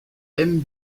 aime